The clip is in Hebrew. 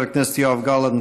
חבר הכנסת יואב גלנט,